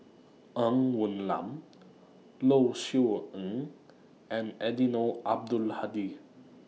Ng Woon Lam Low Siew Nghee and Eddino Abdul Hadi